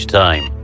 time